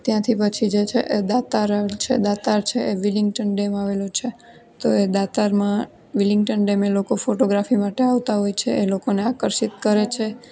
ત્યાંથી પછી જે છે એ દાતાર આવે છે દાતાર છે એ વિલિંગટન ડેમ આવેલો છે તો એ દાતારમાં વિલિંગટન ડેમ લોકો ફોટોગ્રાફી માટે આવતા હોય છે એ લોકોને આકર્ષિત કરે છે